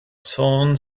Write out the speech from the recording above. son